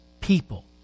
people